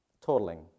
totaling